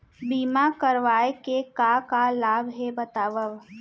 बीमा करवाय के का का लाभ हे बतावव?